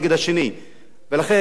לכן, זה לא רלוונטי.